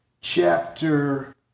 chapter